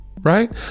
right